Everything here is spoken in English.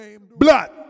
Blood